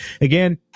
again